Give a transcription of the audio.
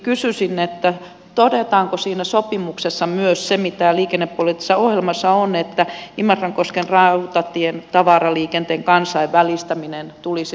kysyisin että todetaanko siinä sopimuksessa myös se mitä liikennepoliittisessa ohjelmassa on että imatrankosken rautatien tavaraliikenteen kansainvälistäminen tulisi nyt toteen